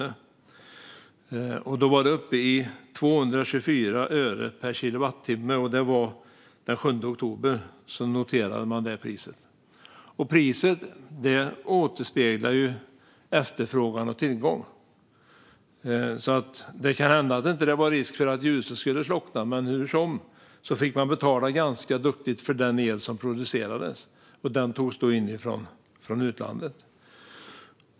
Det var uppe i 224 öre per kilowattimme. Det priset noterades den 7 oktober. Priset återspeglar efterfrågan och tillgång. Det kan alltså hända att det inte fanns risk för att ljuset skulle slockna. Men hur som helst fick man betala ganska duktigt för den el som producerades, och den togs in från utlandet.